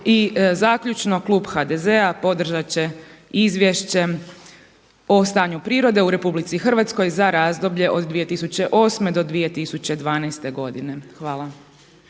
I zaključno klub HDZ-a podržati će izvješće o stanju prirode u RH za razdoblje od 2008. do 2012. godine. Hvala.